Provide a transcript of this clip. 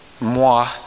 moi